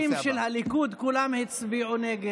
למה 30 של הליכוד, כולם הצביעו נגד?